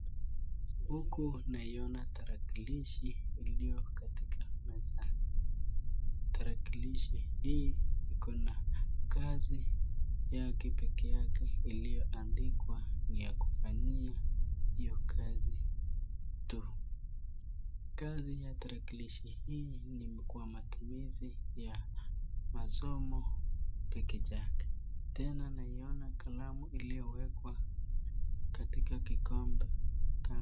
Huku naona tarakilishi iliyo katika meza. Tarakilishi hii iko na kazi yake pekee yake iliyoandikwa ni ya kufanyia hiyo kazi tu. Kazi ya tarakilishi hii ni kwa matumizi ya masomo pekee yake tena naona kalamu iliyowekwa katika kikombe kando.